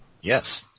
Yes